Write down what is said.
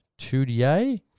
2DA